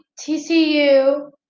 TCU